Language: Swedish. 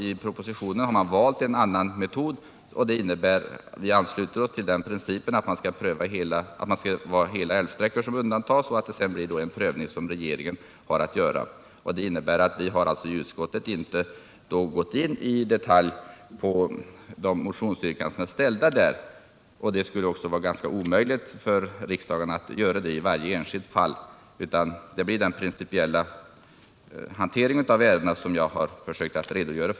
I propositionen har man valt en annan metod, som vi ansluter oss till, nämligen principen att hela älvsträckor undantas och att det sedan blir en prövning som regeringen har att göra. Det innebär att vi i utskottet inte har gått in i detalj på de motionsyrkanden som i detta avseende är ställda. Det vore också ganska omöjligt för riksdagen att göra det i varje enskilt fall. Jag har i mitt inlägg försökt redogöra för den principiella hanteringen av ärendena.